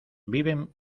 viven